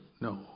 No